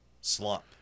slump